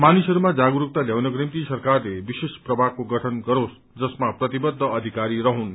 मानिसहरूमा जागरूकता ल्याउनको निम्ति सरकारले विशेष प्रभागको गठन गरियोस् जसमा प्रतिबद्ध अधिकारी रहुन्